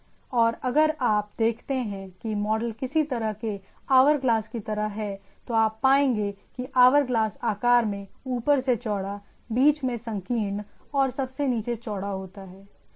और अगर आप देखते हैं कि मॉडल किसी तरह के आवर ग्लास की तरह है तो आप पाएंगे कि आवर ग्लास आकार में ऊपर से चौड़ा बीच में संकीर्ण और सबसे नीचे चौड़ा होता है